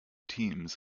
teams